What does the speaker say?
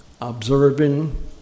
observing